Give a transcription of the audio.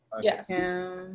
Yes